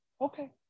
Okay